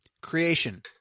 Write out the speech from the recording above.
Creation